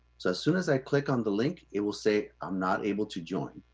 so as soon as i click on the link, it will say i'm not able to join.